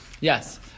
yes